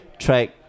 Track